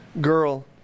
girl